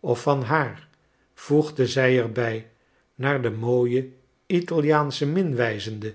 of van haar voegde zij er bij naar de mooie italiaansche